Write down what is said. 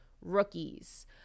rookies